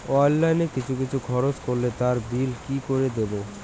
Online কিছু খরচ করলে তার বিল কি করে দেবো?